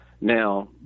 Now